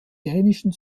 dänischen